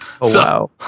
wow